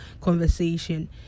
conversation